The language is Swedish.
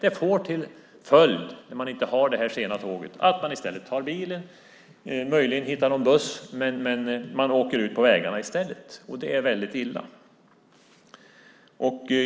Att det här sena tåget inte går får till följd att man i stället tar bilen, möjligen en buss, men man åker ute på vägarna i stället. Det är väldigt illa.